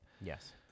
Yes